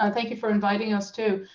um thank you for inviting us too.